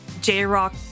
J-Rock